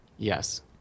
Yes